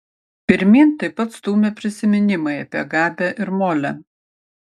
pirmyn taip pat stūmė prisiminimai apie gabę ir molę